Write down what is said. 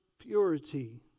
purity